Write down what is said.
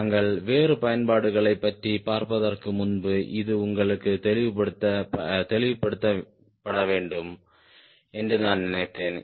நாங்கள் வேறு பயன்பாடுகளை பற்றி பார்ப்பதற்கு முன்பு இது உங்களுக்குத் தெளிவுபடுத்தப்பட வேண்டும் என்று நான் நினைத்தேன்